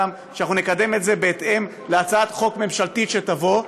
שאנחנו נקדם את זה בהתאם להצעת חוק ממשלתית שתבוא,